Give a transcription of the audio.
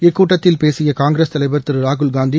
இக்கூட்டத்தில் பேசிய காங்கிரஸ் தலைவர் திரு ராகுல்காந்தி